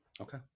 okay